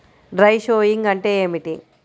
Dry sowing అంటే ఏమిటి?